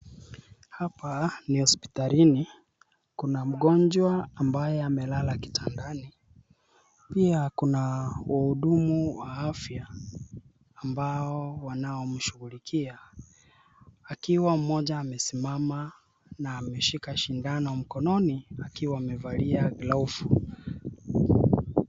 Hapa ni hospitalini, kuna mgonjwa ambaye amelala kitandani. Pia, kuna wahudumu wa afya, ambao wanaomshughulikia, akiwa mmoja amesimama na ameshika sindano mkononi, akiwa amevalia glofu.